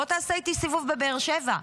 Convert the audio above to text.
בוא תעשה איתי סיבוב בבאר שבע,